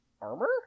armor